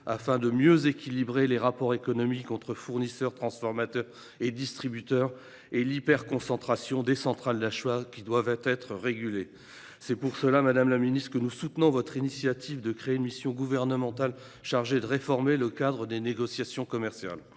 afin de mieux équilibrer les rapports économiques entre fournisseurs, transformateurs et distributeurs, et de réguler l’hyperconcentration des centrales d’achat. C’est pour cela, madame la ministre, que nous soutenons votre initiative de créer une mission gouvernementale chargée de réformer le cadre des négociations commerciales.